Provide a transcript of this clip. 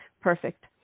Perfect